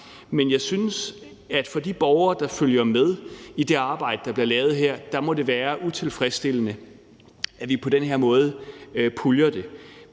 Men jeg synes, at for de borgere, der følger med i det arbejde, der bliver lavet her, må det være utilfredsstillende, at vi på den her måde puljer det.